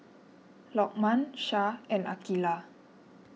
Lokman Shah and Aqilah